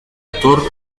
actor